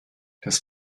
das